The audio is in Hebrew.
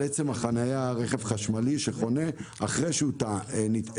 על עצם החניה של רכב חשמלי שחונה אחרי שהוא נטען.